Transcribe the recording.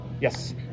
Yes